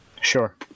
sure